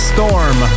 Storm